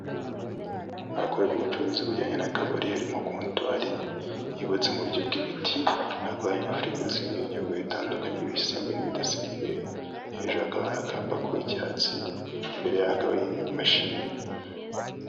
Ahakorerwa ubucuruzi bujyanye n'akabari harimo contwari yubutse mu buryo bw'ibiti hakaba hari na firigo zirimo ibinyobwa bitandukanye ibisembe n'ibi bidasembuye, hejuru hakaba hari akapa k'icyatsi imbere hakaba hari imashini.